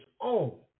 own